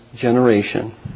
generation